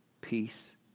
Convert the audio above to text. Peace